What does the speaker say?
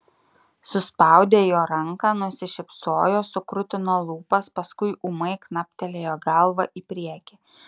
suspaudė jo ranką nusišypsojo sukrutino lūpas paskui ūmai knaptelėjo galva į priekį